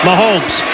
Mahomes